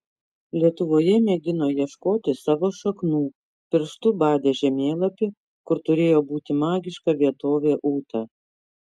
lietuvoje mėgino ieškoti savo šaknų pirštu badė žemėlapį kur turėjo būti magiška vietovė ūta